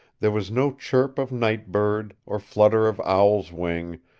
there was no chirp of night bird, or flutter of owl's wing,